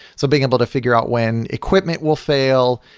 so being able to figure out when equipment will fail.